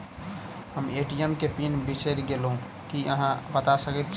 हम ए.टी.एम केँ पिन बिसईर गेलू की अहाँ बता सकैत छी?